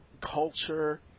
culture